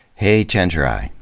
hey chenjerai.